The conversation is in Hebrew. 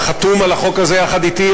אתה חתום על החוק הזה יחד אתי,